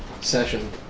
session